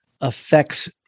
affects